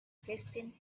fifteen